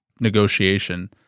negotiation